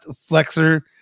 flexor